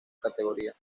categoría